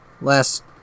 Last